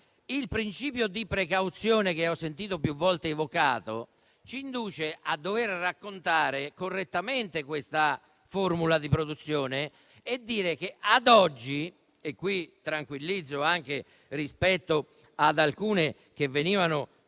Il principio di precauzione che ho sentito più volte evocare ci induce a raccontare correttamente questa formula di produzione e a rivendicare ad oggi - e qui tranquillizzo anche rispetto ad alcune affermazioni che venivano